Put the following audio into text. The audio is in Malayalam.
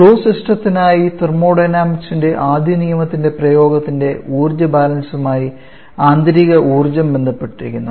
ക്ലോസ്ഡ് സിസ്റ്റത്തിനായി തെർമോഡൈനാമിക്സിന്റെ ആദ്യ നിയമത്തിന്റെ പ്രയോഗത്തിന്റെ ഊർജ്ജ ബാലൻസുമായി ആന്തരിക ഊർജ്ജം ബന്ധപ്പെട്ടിരിക്കുന്നു